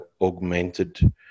augmented